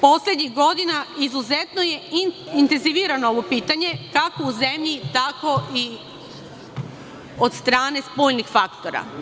Poslednjih godina izuzetno je intenzivirano ovo pitanje, kako u zemlji, tako i od strane spoljnih faktora.